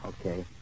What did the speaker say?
Okay